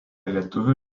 lietuvių